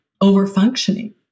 over-functioning